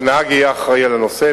שהנהג יהיה אחראי לנושא.